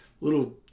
little